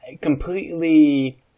completely